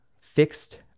fixed